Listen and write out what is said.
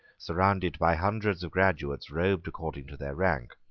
surrounded by hundreds of graduates robed according to their rank,